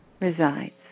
resides